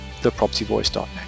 thepropertyvoice.net